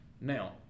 Now